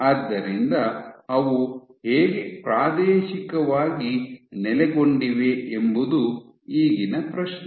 ಆದ್ದರಿಂದ ಅವು ಹೇಗೆ ಪ್ರಾದೇಶಿಕವಾಗಿ ನೆಲೆಗೊಂಡಿವೆ ಎಂಬುದು ಈಗಿನ ಪ್ರಶ್ನೆ